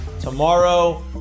tomorrow